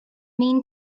mean